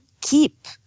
keep